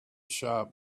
sharp